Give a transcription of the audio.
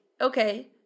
okay